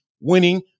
winning